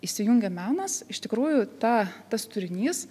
įsijungia menas iš tikrųjų ta tas turinys